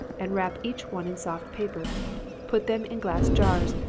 and wrap each one in soft paper put them in glass jars,